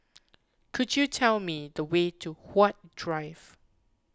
could you tell me the way to Huat Drive